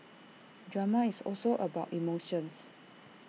drama is also about emotions